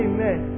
Amen